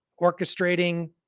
orchestrating